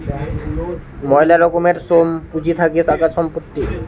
ময়লা রকমের সোম পুঁজি থাকে টাকা, সম্পত্তি